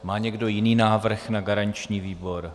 Má někdo jiný návrh na garanční výbor?